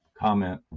comment